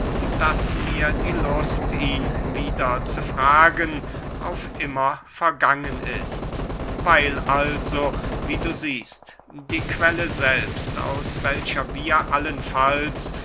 daß mir die lust ihn wieder zu fragen auf immer vergangen ist weil also wie du siehst die quelle selbst aus welcher wir allenfalls